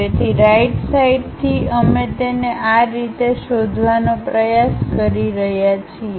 તેથી રાઈટ સાઈડથી અમે તેને આ રીતે શોધવાનો પ્રયાસ કરી રહ્યા છીએ